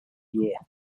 year